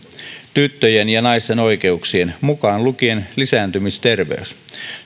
tyttöjen ja naisten oikeuksiin mukaan lukien lisääntymisterveys